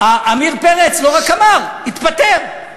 עמיר פרץ לא רק אמר, התפטר,